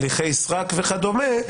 הליכי סרק וכדומה,